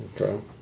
Okay